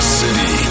city